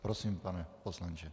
Prosím, pane poslanče.